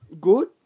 Good